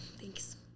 Thanks